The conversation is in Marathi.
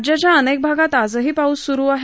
राज्याच्या अनेक भागांत आजही पाऊस स्रू आहे